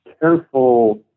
careful